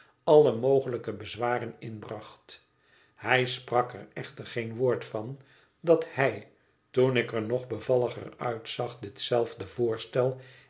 alle mogelijke bezwaren inbracht hij sprak er echter geen woord van dat hij toen ik er nog bevalliger uitzag ditzelfde voorstel